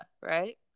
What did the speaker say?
right